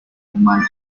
humano